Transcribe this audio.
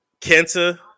Kenta